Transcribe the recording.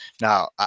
Now